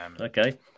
Okay